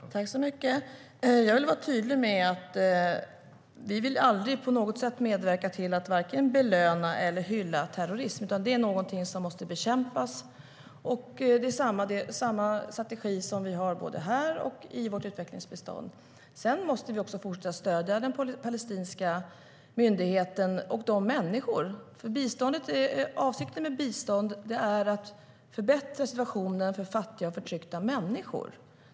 STYLEREF Kantrubrik \* MERGEFORMAT Internationellt biståndVi måste också fortsätta att stödja Palestinska myndigheten och de människorna. Avsikten med bistånd är ju att förbättra situationen för fattiga och förtryckta människor.